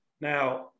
Now